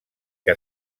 que